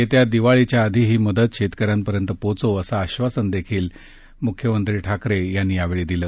येत्या दिवाळीच्या आधी ही मदत शेतकऱ्यांपर्यंत पोचवू असं आश्वासनही मुख्यमंत्री उद्धव ठाकरे यांनी यावेळी दिलं